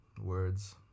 words